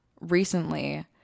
recently